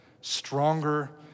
Stronger